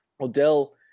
Odell